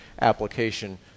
application